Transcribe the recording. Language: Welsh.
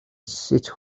sut